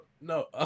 No